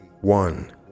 one